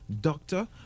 Doctor